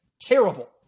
Terrible